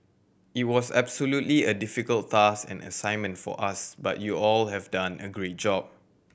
it was absolutely a difficult task and assignment for us but you all have done a great job